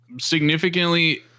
Significantly